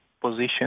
position